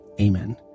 Amen